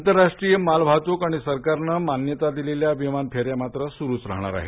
आंतरराष्ट्रीय माल वाहतूक आणि सरकारनं मान्यता दिलेल्या विमान फेन्या मात्र सुरू राहणार आहेत